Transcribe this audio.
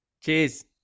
Cheers